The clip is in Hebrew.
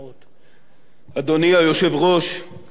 אדוני היושב-ראש, חברי חברי הכנסת,